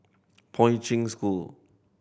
Poi Ching School